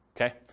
okay